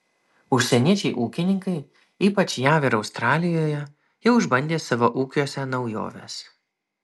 užsieniečiai ūkininkai ypač jav ir australijoje jau išbandė savo ūkiuose naujoves